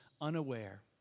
unaware